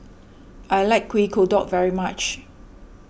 I like Kuih Kodok very much